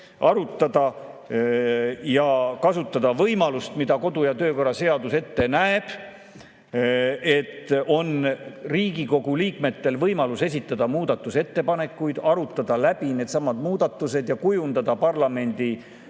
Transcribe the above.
arutada ja kasutada võimalust, mida kodu- ja töökorra seadus ette näeb, nimelt Riigikogu liikmetel on võimalus esitada muudatusettepanekuid, arutada läbi needsamad muudatused ja kujundada parlamendi